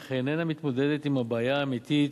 אך היא איננה מתמודדת עם הבעיה האמיתית,